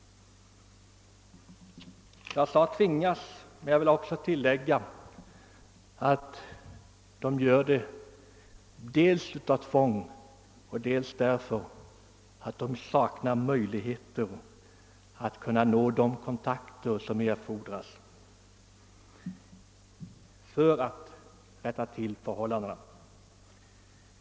Jag sade »tvingas«, men jag vill tillägga att de gör det dels av tvång, dels därför att de saknar de kontakter som erfordras för att rätta till förhållandena.